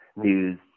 news